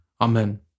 Amen